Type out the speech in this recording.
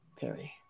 Perry